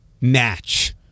match